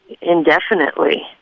indefinitely